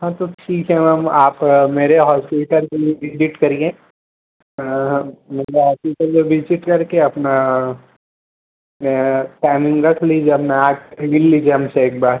हाँ तो ठीक है मैम आप मेरे हॉस्पिटल के लिए विज़िट करिए मतलब हॉस्पिटल में विज़िट करके अपना टाइमिंग रख लीजिए अपना आ कर मिल लीजिए हमसे एक बार